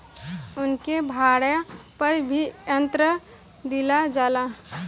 उनके भाड़ा पर भी यंत्र दिहल जाला